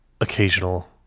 occasional